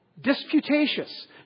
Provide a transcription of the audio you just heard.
disputatious